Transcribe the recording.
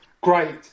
great